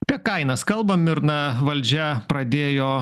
apie kainas kalbam ir na valdžia pradėjo